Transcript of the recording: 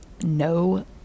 No